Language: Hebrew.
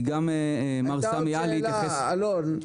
כי גם סמי עלי ג'רבאן טען את זה.